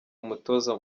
umutoza